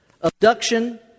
Abduction